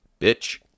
bitch